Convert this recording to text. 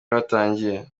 batangiye